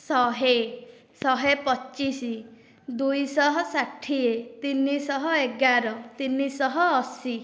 ଶହେ ଶହେ ପଚିଶ ଦୁଇଶହ ଷାଠିଏ ତିନିଶହ ଏଗାର ତିନିଶହ ଅଶି